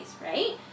right